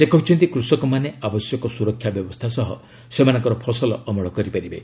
ସେ କହିଛନ୍ତି କୃଷକମାନେ ଆବଶ୍ୟକ ସୁରକ୍ଷା ବ୍ୟବସ୍ଥା ସହ ସେମାନଙ୍କର ଫସଲ ଅମଳ କରିପାରିବେ